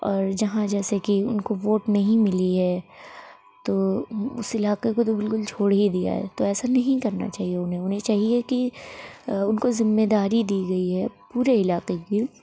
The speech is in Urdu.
اور جہاں جیسے کہ ان کو ووٹ نہیں ملی ہے تو اس علاقے کو تو بالکل چھوڑ ہی دیا ہے تو ایسا نہیں کرنا چاہیے انہیں انہیں چاہیے کہ ان کو ذمہ داری دی گئی ہے پورے علاقے کی